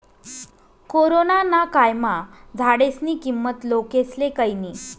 corona ना कायमा झाडेस्नी किंमत लोकेस्ले कयनी